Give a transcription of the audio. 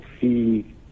see